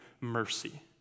mercy